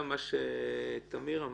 מה שתמיר אמר,